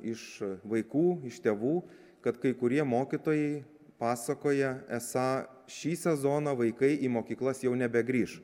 iš vaikų iš tėvų kad kai kurie mokytojai pasakoja esą šį sezoną vaikai į mokyklas jau nebegrįš